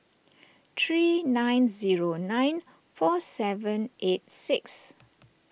three nine zero nine four seven eight six